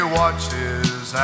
watches